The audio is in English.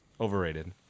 overrated